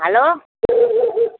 hello